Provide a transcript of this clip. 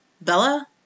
Bella